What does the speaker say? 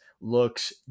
looks